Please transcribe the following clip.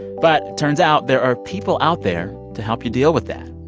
but turns out there are people out there to help you deal with that.